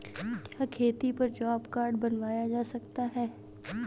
क्या खेती पर जॉब कार्ड बनवाया जा सकता है?